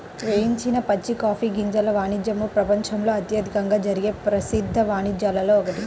వేగించని పచ్చి కాఫీ గింజల వాణిజ్యము ప్రపంచంలో అత్యధికంగా జరిగే ప్రసిద్ధ వాణిజ్యాలలో ఒకటి